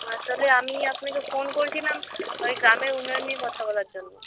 আসলে আমি আপনাকে ফোন করছিলাম ওই গ্রামের উন্নয়ন নিয়ে কথা বলার জন্য